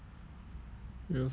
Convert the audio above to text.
we'll see bah